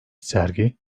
sergi